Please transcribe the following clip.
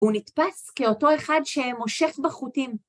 הוא נתפס כאותו אחד שמושך בחוטים.